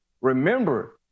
remember